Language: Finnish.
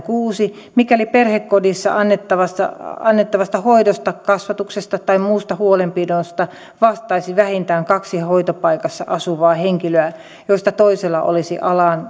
kuusi mikäli perhekodissa annettavasta annettavasta hoidosta kasvatuksesta tai muusta huolenpidosta vastaisi vähintään kaksi hoitopaikassa asuvaa henkilöä joista toisella olisi